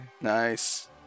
Nice